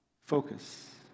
Focus